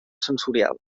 sensorial